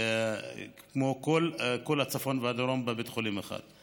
כמו כול הצפון והדרום בבית חולים אחד.